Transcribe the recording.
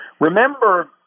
Remember